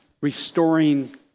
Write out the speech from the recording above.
restoring